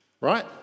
right